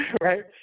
right